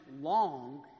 long